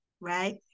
right